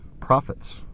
profits